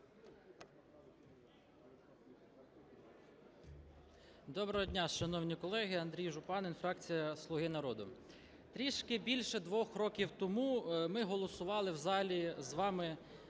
Доброго дня, шановні колеги! Андрій Жупанин, фракція "Слуга народу". Трішки більше двох років тому ми голосували в залі з вами